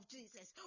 Jesus